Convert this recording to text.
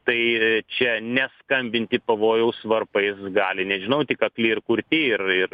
tai čia ne skambinti pavojaus varpais gali nežinau tik akli ir kurti ir ir